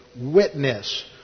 witness